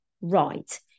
right